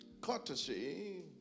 courtesy